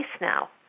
now